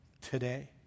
today